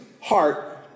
heart